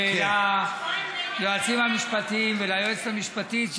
וליועצים המשפטיים וליועצת המשפטית,